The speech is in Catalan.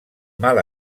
mal